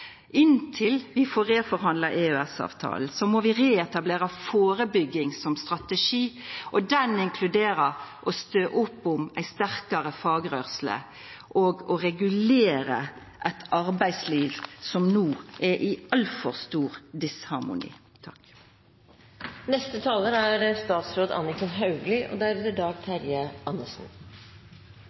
Inntil vi får reforhandla EØS-avtalen, må vi reetablera førebygging som strategi, og det inkluderer å stø opp om ei sterkare fagrørsle og å regulera eit arbeidsliv som no er i altfor stor